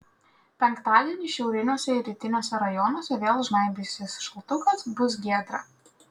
penktadienį šiauriniuose ir rytiniuose rajonuose vėl žnaibysis šaltukas bus giedra